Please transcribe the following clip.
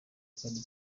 kandi